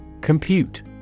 Compute